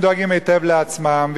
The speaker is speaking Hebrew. הם דואגים היטב לעצמם.